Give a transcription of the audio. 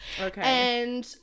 Okay